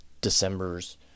December's